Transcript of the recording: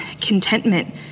contentment